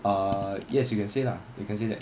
ah yes you can say lah you can say that